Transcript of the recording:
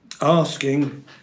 asking